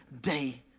day